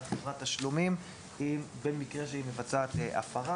חברת תשלומים במקרה שהיא מבצעת הפרה.